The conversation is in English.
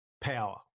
power